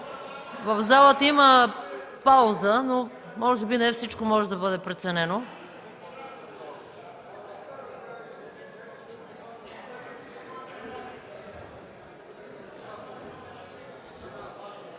в залата има пауза, но може би не всичко може да бъде преценено.